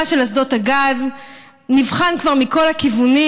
של אסדות הגז נבחן כבר מכל הכיוונים,